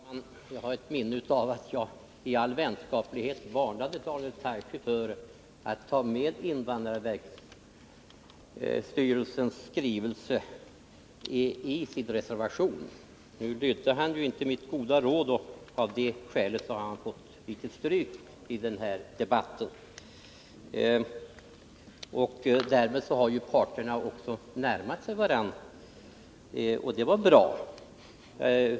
Herr talman! Jag har ett minne av att jag i all vänlighet varnade Daniel Tarschys för att ta med invandrarverksstyrelsens skrivelse i reservationen. Nu lydde han inte mitt goda råd ocn av det skälet har han fått litet stryk i den här debatten. Därmed har ju också parterna närmat sig varandra, och det är bra.